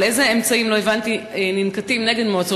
לא הבנתי אילו אמצעים ננקטים נגד מועצות